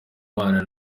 bana